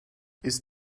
ist